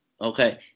okay